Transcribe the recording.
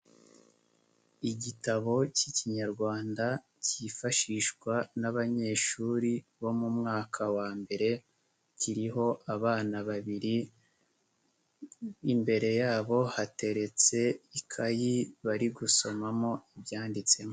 Igitabo k'Ikinyarwanda cyifashishwa n'abanyeshuri bo mu mwaka wa mbere, kiriho abana babiri imbere yabo hateretse ikayi bari gusomamo ibyanditsemo.